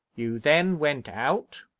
you then went out,